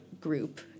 group